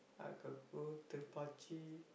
I got go Thirupaachi